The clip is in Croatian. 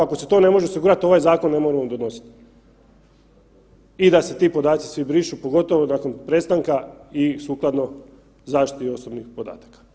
Ako se to ne može osigurati ovaj zakon ne moramo donositi i da se ti podaci svi brišu, pogotovo nakon prestanka i sukladno zaštiti osobnih podataka.